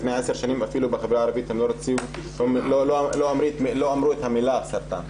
לפני עשר שנים בחברה הערבית אפילו לא אמרו את המילה סרטן,